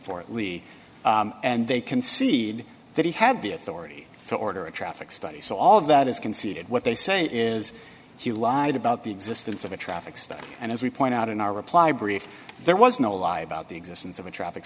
fort lee and they concede that he had the authority to order a traffic study so all of that is conceded what they say is he lied about the existence of a traffic study and as we point out in our reply brief there was no lie about the existence of a traffic